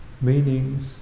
Meanings